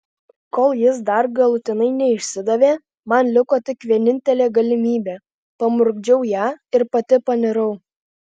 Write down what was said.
kol jis dar galutinai neišsidavė man liko tik vienintelė galimybė pamurkdžiau ją ir pati panirau